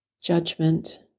judgment